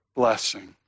blessing